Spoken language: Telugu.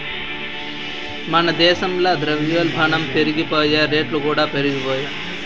మన దేశంల ద్రవ్యోల్బనం పెరిగిపాయె, రేట్లుకూడా పెరిగిపాయె